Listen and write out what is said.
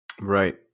Right